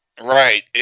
Right